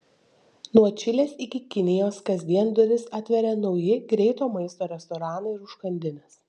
nuo čilės iki kinijos kasdien duris atveria nauji greito maisto restoranai ir užkandinės